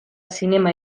zinema